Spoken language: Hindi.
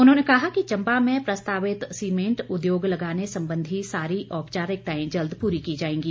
उन्होंने कहा कि चम्बा में प्रस्तावित सीमेंट उद्योग लगाने संबंधी सारी औपचारिकताएं जल्द पूरी की जाएंगी